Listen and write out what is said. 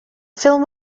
film